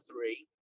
three